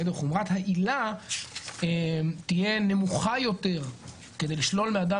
חומרת העילה תהיה נמוכה יותר כדי לשלול מאדם